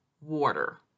water